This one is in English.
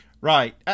Right